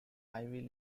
ivy